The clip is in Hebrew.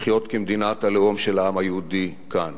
לחיות כמדינת הלאום של העם היהודי כאן